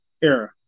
era